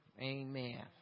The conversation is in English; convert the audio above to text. Amen